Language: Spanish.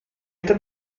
esta